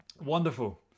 wonderful